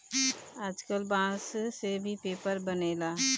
आजकल बांस से भी पेपर बनेला